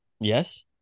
Yes